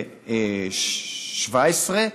ב-2017,